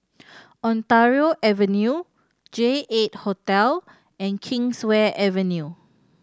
Ontario Avenue J Eight Hotel and Kingswear Avenue